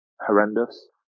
horrendous